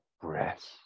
breath